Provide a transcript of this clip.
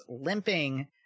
limping